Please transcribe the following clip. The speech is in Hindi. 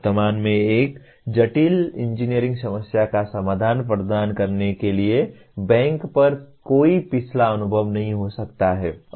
वर्तमान में एक जटिल इंजीनियरिंग समस्या का समाधान प्रदान करने के लिए बैंक पर कोई पिछला अनुभव नहीं हो सकता है